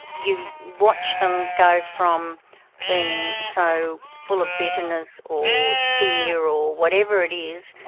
you watch them go from being so full of bitterness, or fear, or whatever it is,